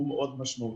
הוא מאוד משמעותי.